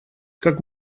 как